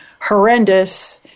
horrendous